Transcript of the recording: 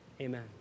amen